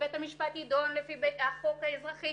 ובית המשפט ידון לפי חוק האזרחי.